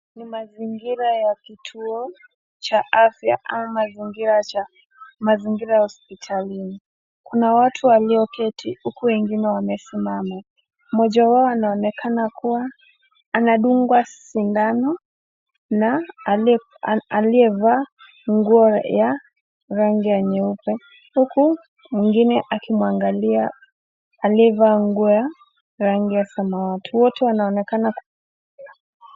Ni mazingira ya kituo cha afya ama mazingira ya hospitalini. Kuna watu walioketi huku wengine wamesimama . Mmoja wao anaonekana kuwa anadungwa shindano na aliyevaa nguo ya rangi ya nyeupe, huku mwingine akimwangalia aliyevaa nguo ya rangi ya samawati. Wote wanaonekana .